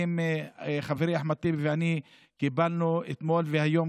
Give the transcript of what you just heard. חברי אחמד טיבי ואני קיבלנו אתמול והיום